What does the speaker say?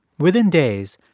within days,